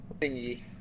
thingy